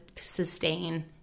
sustain